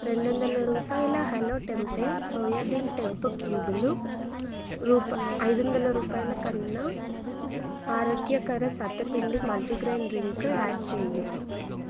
రెండొందల రూపాయల హలో టెంపే సోయా బీన్ టెంప్ క్యూబులు ఐదొందల రూపాయల కన్నా ఆరోగ్యకర సత్త పిండి మల్టీ గ్రెయిన్ డ్రింక్ యాడ్ చెయ్యు